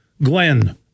Glenn